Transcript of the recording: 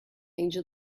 angel